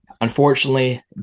Unfortunately